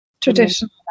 traditional